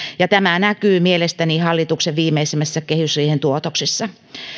ja tämä näkyy mielestäni hallituksen viimeisimmässä kehysriihen tuotoksessa